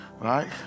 right